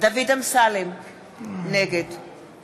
דוד אמסלם, נגד